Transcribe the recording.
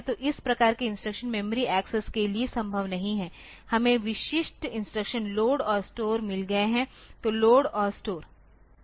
तो इस प्रकार के इंस्ट्रक्शन मेमोरी एक्सेस के लिए संभव नहीं हैं हमें विशिष्ट इंस्ट्रक्शन LOAD और STORE मिल गए हैं तो LOAD और STORE